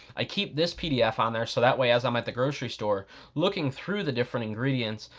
i keep this pdf on there so that way, as i'm at the grocery store looking through the different ingredients,